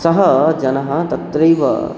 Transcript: सः जनः तत्रैव